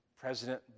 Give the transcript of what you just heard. President